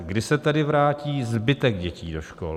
Kdy se tedy vrátí zbytek dětí do škol?